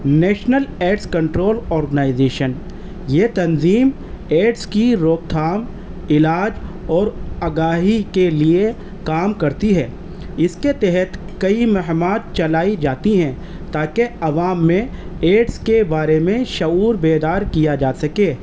national AIDS control organisation یہ تنظیم AIDS کی روک تھام علاج اور آگاہی کے لیے کام کرتی ہے اس کے تحت کئی مہمات چلائی جاتی ہیں تاکہ عوام میں ایڈس کے بارے میں شعور بیدار کیا جا سکے